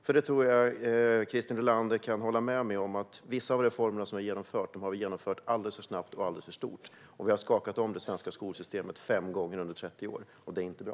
Jag tror att Christer Nylander kan hålla med mig om att vissa reformer har genomförts alldeles för snabbt och alldeles för stort. Det svenska skolsystemet har skakats om fem gånger på 30 år, och det är inte bra.